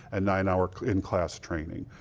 and nine hour in class training.